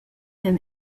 him